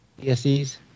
ESCs